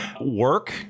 Work